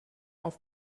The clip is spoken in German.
auf